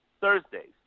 Thursdays